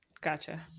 Gotcha